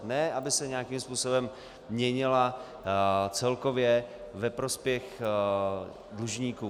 Ne, aby se nějakým způsobem měnila celkově ve prospěch dlužníků.